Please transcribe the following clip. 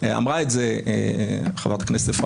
אמרו את זה, אני